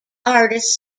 artist